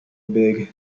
big